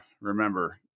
remember